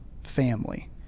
family